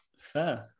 Fair